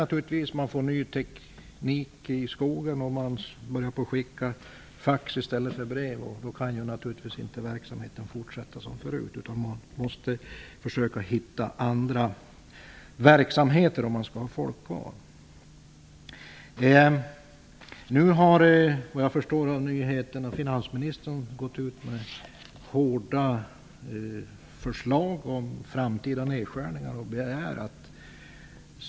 Det kommer ju ny teknik för dem som jobbar i skogen. Vidare börjar man skicka fax i stället för brev. Då kan verksamheten naturligtvis inte fortsätta som förut. I stället måste man försöka hitta andra verksamheter för att det skall vara möjligt att ha folk kvar. Som jag tolkar nyheterna har finansministern nu gått ut med hårda förslag om framtida nedskärningar.